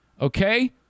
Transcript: Okay